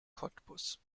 cottbus